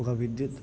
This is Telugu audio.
ఒక విద్యుత్